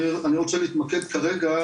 אני רוצה להתמקד כרגע,